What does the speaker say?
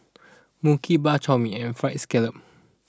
Mui Kee Bak Chor Mee and Fried Scallop